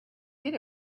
did